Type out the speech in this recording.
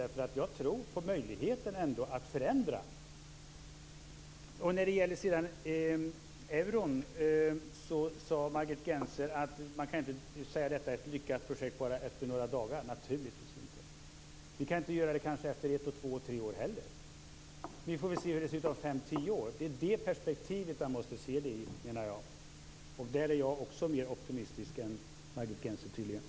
Jag tror ändå på möjligheten att förändra. När det sedan gäller euron sade Margit Gennser att man inte kan säga att projektet är lyckat efter bara några dagar. Det kan man naturligtvis inte. Vi kan kanske inte göra det efter ett, två eller tre år heller. Vi får se hur det ser ut om fem, tio år. Det är det perspektivet man måste se det i, menar jag. Där är jag tydligen också mer optimistisk än Margit Gennser.